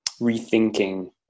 rethinking